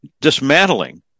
dismantling